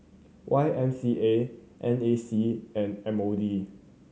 Y M C A N A C and M O D